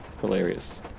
hilarious